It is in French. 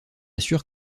assure